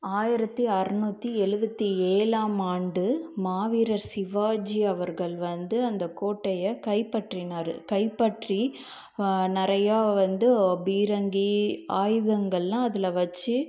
ஆயிரத்தி அறுநூற்றி எழுபத்தி ஏழாம் ஆண்டு மாவீரர் சிவாஜி அவர்கள் வந்து அந்த கோட்டையை கைப்பற்றினார் கைப்பற்றி நிறையா வந்து பீரங்கி ஆயுதங்கள்லாம் அதில் வச்சு